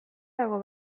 dago